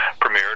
premiered